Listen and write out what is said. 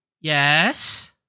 yes